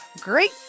great